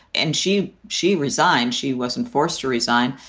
and she she resigned. she wasn't forced to resign.